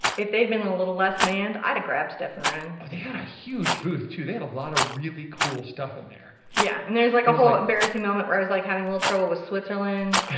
if they'd been a little less manned, i'd a grabbed stuff and run. but they had a huge booth too. they had a lot of really cool stuff in there. yeah. and there was like a whole embarrassing moment where i was like having a little trouble with switzerland and